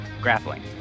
Grappling